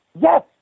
yes